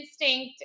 instinct